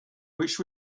which